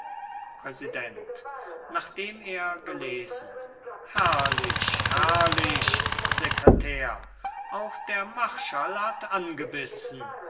gelesen herrlich herrlich secretär auch der marschall hat angebissen